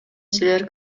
силер